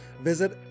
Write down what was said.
Visit